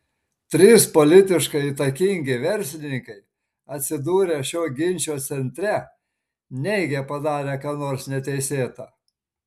trys politiškai įtakingi verslininkai atsidūrę šio ginčo centre neigia padarę ką nors neteisėta